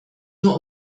nur